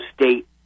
state